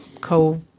co